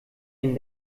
den